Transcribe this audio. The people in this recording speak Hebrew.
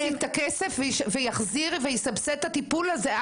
יוציא את הכסף ויסבסד את הטיפול הזה,